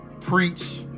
preach